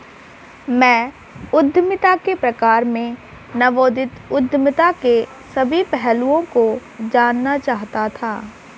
मैं उद्यमिता के प्रकार में नवोदित उद्यमिता के सभी पहलुओं को जानना चाहता था